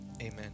Amen